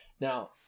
Now